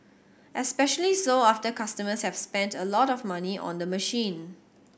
especially so after customers have spent a lot of money on the machine